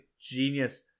genius –